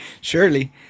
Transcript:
surely